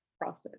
process